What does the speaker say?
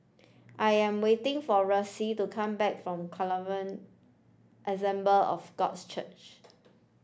I am waiting for Ressie to come back from Assemble of Gods Church